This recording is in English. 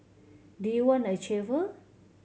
do you want a chauffeur